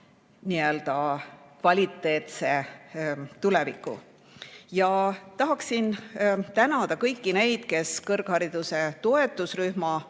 kvaliteetse tuleviku. Tahaksin tänada kõiki neid, kes kõrghariduse toetusrühma